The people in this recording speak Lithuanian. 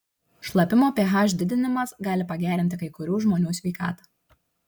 šlapimo ph didinimas gali pagerinti kai kurių žmonių sveikatą